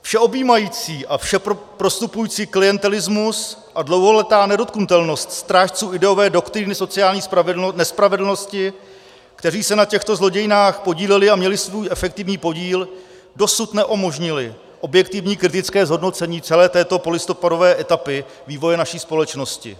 Všeobjímající a všeprostupující klientelismus a dlouholetá nedotknutelnost strážců ideové doktríny sociální nespravedlnosti, kteří se na těchto zlodějinách podíleli a měli svůj efektivní podíl, dosud neumožnily objektivní kritické zhodnocení celé této polistopadové etapy vývoje naší společnosti.